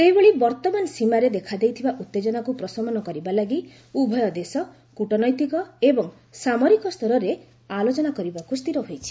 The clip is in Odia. ସେହିଭଳି ବର୍ତ୍ତମାନ ସୀମାରେ ଦେଖାଦେଇଥିବା ଉତ୍ତେଜନାକୁ ପ୍ରଶମନ କରିବା ଲାଗି ଉଭୟ ଦେଶ କୂଟନୈତିକ ଏବଂ ସାମରିକ ସ୍ତରରେ ଆଲୋଚନା କରିବାକୁ ସ୍ଥିର ହୋଇଛି